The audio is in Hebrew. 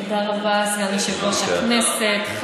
תודה רבה, סגן יושב-ראש הכנסת.